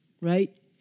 right